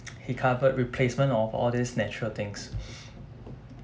he covered replacement of all these natural things